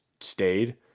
stayed